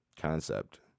concept